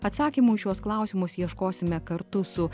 atsakymų į šiuos klausimus ieškosime kartu su